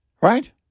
right